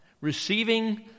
receiving